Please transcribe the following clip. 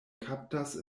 kaptas